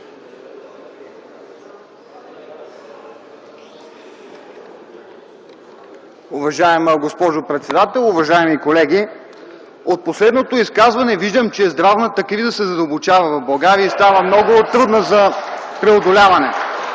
Уважаема госпожо председател, уважаеми колеги! От последното изказване виждам, че здравната криза в България се задълбочава и става много трудна за преодоляване.